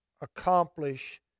accomplish